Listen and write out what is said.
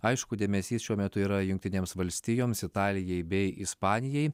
aišku dėmesys šiuo metu yra jungtinėms valstijoms italijai bei ispanijai